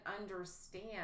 understand